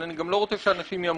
אבל אני גם לא רוצה שאנשים ימותו,